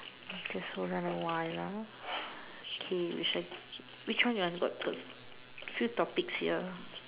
just sort out a while okay which one which one you want to a few topics here